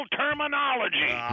terminology